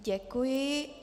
Děkuji.